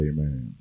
Amen